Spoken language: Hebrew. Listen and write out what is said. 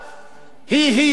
היא-היא אשר צריכה